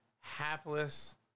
hapless